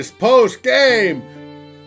post-game